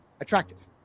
attractive